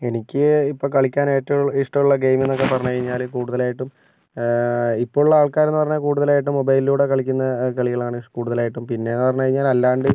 എനിക്ക് ഇപ്പം കളിക്കാനായിട്ട് ഇഷ്ടമുള്ള ഗെയിമെന്നൊക്കെ പറഞ്ഞ് കഴിഞ്ഞാൽ കൂടുതലായിട്ടും ഇപ്പോളുള്ള ആൾക്കാർ എന്നു പറഞ്ഞാൽ കൂടുതലായിട്ടും മൊബൈലിലൂടെ കളിക്കുന്ന കളികളാണ് കൂടുതലായിട്ടും പിന്നെയെന്ന് പറഞ്ഞു കഴിഞ്ഞാൽ അല്ലാണ്ട്